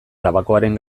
tabakoaren